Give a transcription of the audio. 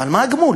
אבל מה הגמול?